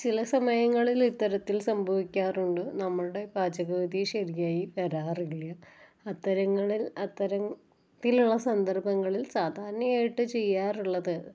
ചില സമയങ്ങളിലിത്തരത്തിൽ സംഭവിക്കാറുണ്ട് നമ്മളുടെ പാചകവിധി ശരിയായി വരാറില്ല അത്തരങ്ങളിൽ അത്തരത്തിലുള്ള സന്ദർഭങ്ങളിൽ സാധാരണയായിട്ട് ചെയ്യാറുള്ളത്